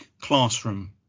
classroom